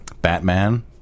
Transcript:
Batman